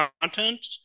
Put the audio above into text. content